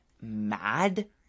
mad